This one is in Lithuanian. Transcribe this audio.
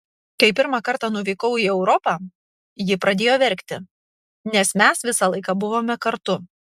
kai pirmą kartą nuvykau į europą ji pradėjo verkti nes mes visą laiką buvome kartu